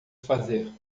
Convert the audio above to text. fazer